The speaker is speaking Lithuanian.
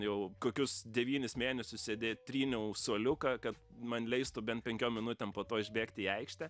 jau kokius devynis mėnesius sėdėt tryniau suoliuką kad man leistų bent penkiom minutėm po to išbėgti į aikštę